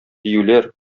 диюләр